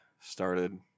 started